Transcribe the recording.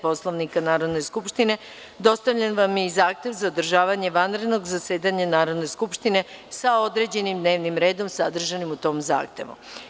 Poslovnika Narodne skupštine, dostavljen vam je i Zahtev za održavanje vanrednog zasedanja Narodne skupštine, sa određenim dnevnim redom sadržanim u tom zahtevu.